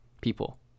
people